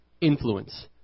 influence